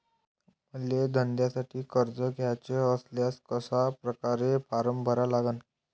मले धंद्यासाठी कर्ज घ्याचे असल्यास कशा परकारे फारम भरा लागन?